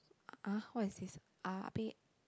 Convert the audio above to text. ah what is this